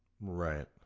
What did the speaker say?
right